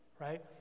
Right